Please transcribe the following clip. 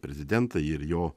prezidentą ir jo